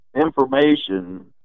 information